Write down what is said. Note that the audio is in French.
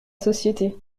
société